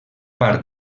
part